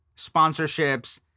Sponsorships